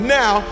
now